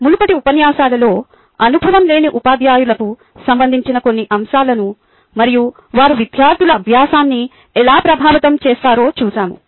మునుపటి ఉపన్యాసాలలో అనుభవం లేని ఉపాధ్యాయులకు సంబంధించిన కొన్ని అంశాలను మరియు వారు విద్యార్థుల అభ్యాసాన్ని ఎలా ప్రభావితం చేస్తారో చూశాము